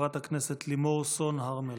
חברת הכנסת לימור סון הר מלך.